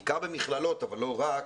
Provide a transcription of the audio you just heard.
בעיקר במכללות, אבל לא רק,